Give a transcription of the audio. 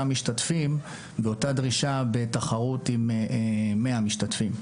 משתתפים ואותה דרישה בתחרות עם 100 משתתפים.